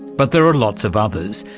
but there are lots of others.